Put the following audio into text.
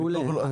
מעולה.